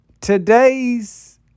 Today's